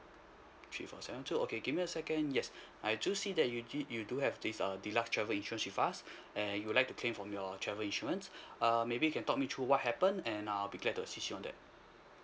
three four seven two okay give me a second yes I do see that you did you do have this uh deluxe travel insurance with us and you would like to claim from your travel insurance err maybe you can talk me through what happened and I'll be glad to assist you on that